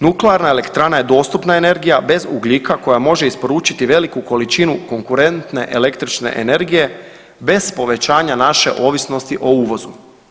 Nuklearna elektrana je dostupna energija bez ugljika koja može isporučiti veliku količinu konkurentne električne energije bez povećanja naše ovisnosti o uvozu.